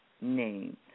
name